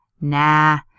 Nah